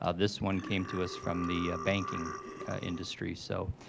ah this one came to us from the banking industry. so,